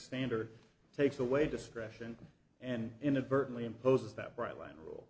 standard takes away discretion and inadvertently imposes that bright line rule